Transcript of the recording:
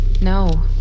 No